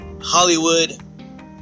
Hollywood